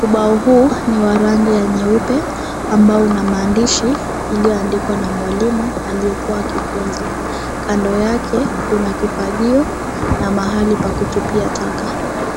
Ubao huu ni wa rangi ya nyeupe ambao una maandishi iliyoandikwa na mwalimu aliyekuwa akifunzwa. Kando yake, kuna kifagio na mahali pa kutupia taka.